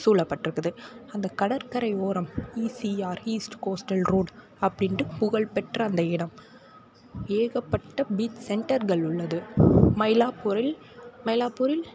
சூழப்பட்டிருக்குது அந்த கடற்கரை ஓரம் ஈசிஆர் ஈஸ்ட் கோஸ்டல் ரோட் அப்படின்ட்டு புகழ்ப்பெற்ற அந்த இடம் ஏகப்பட்ட பீச் சென்டர்கள் உள்ளது மயிலாப்பூரில் மயிலாப்பூரில்